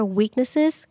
weaknesses